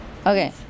Okay